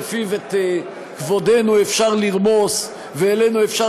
שלפיו את כבודנו אפשר לרמוס ואלינו אפשר